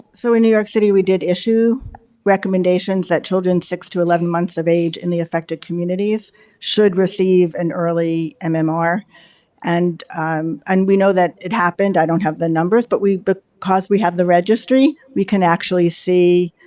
so in new york city we did issue recommendations that children six to eleven months of age in the affected communities should receive an early um um ah mmr. and um and we know that it happened, i don't have the numbers, but we but because we have the registry, we can actually see,